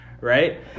right